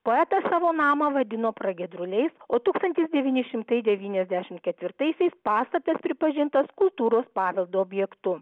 poetas savo namą vadino pragiedruliais o tūkstantis devyni šimtai devyniasdešim ketvirtaisiais pastatas pripažintas kultūros paveldo objektu